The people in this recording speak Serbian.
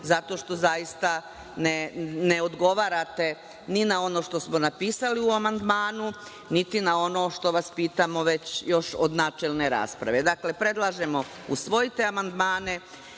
zato što zaista ne odgovarate ni na ono što smo napisali u amandmanu, niti na ono što vas pitamo još od načelne rasprave. Dakle, predlažemo da usvojite amandmane